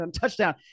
touchdown